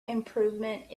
improvement